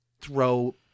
throw